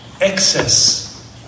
excess